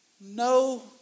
no